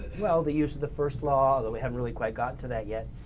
well the use of the first law, although we haven't really quite gotten to that yet.